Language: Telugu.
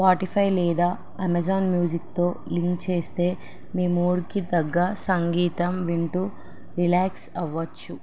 స్పాటిఫై లేదా అమెజాన్ మ్యూజిక్తో లింక్ చేస్తే మీ మూడుకి తగ్గ సంగీతం వింటూ రిలాక్స్ అవ్వచ్చు